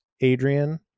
adrian